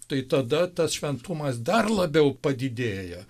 tai tada tas šventumas dar labiau padidėja